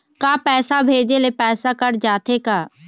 का पैसा भेजे ले पैसा कट जाथे का?